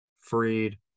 Freed